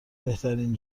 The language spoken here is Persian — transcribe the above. بهترین